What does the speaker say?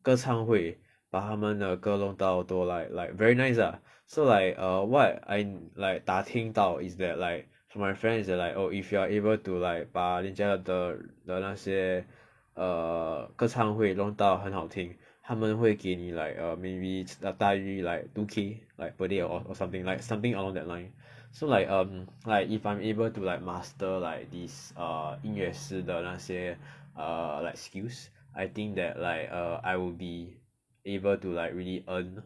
歌唱会把他们的歌弄到 to like very nice lah so like err what I like err 打听到 is that like from my friend is like oh if you are able to like 把人家的的那些 err 歌唱会弄到很好听他们会给你 like err maybe 大约 like two K like per day or something like something along that line so like um like if I'm able to like master like this err 音乐室的那些 err like skills I think that like err I would be able to like really earn